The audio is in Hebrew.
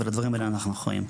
ולדברים האלה אנחנו אחראיים.